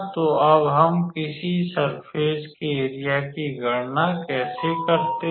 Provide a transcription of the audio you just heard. तो अब हम किसी सर्फ़ेस के एरिया की गणना कैसे करते हैं